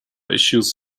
issues